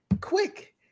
quick